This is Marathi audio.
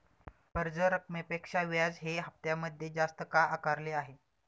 कर्ज रकमेपेक्षा व्याज हे हप्त्यामध्ये जास्त का आकारले आहे?